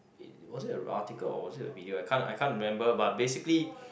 was it a article or was it a video I can't I can't remember but basically